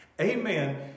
amen